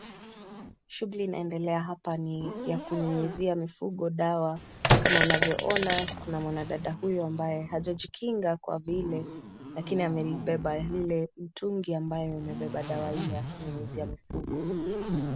Shughuli inayoendelea hapa ni ya kunyunyuzia mifugo dawa kama unavyoona kuna mwanadada huyu ambaye hajajikinga kwa vile lakini ameibeba ile mtungi ambao imebeba dawa aina ya mifugo.